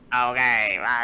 Okay